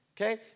Okay